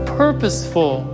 purposeful